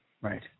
Right